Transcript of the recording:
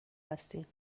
هستیم